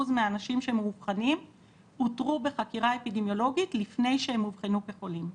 מהאנשים שמאובחנים אותרו בחקירה אפידמיולוגיות לפני שהם אובחנו כחולים.